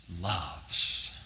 loves